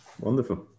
Wonderful